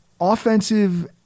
Offensive